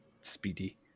speedy